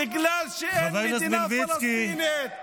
בגלל שאין מדינה פלסטינית.